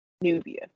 Nubia